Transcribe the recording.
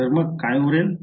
तर मग उरले काय